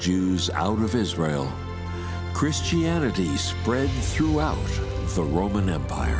jews out of israel christianity spread throughout the roman empire